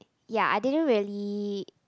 ya I didn't really